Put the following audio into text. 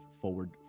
forward